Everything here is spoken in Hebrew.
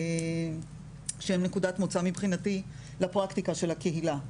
שהן נקודת מוצא מבחינתי לפרקטיקה של הקהילה,